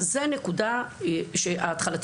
זו הנקודה ההתחלתית,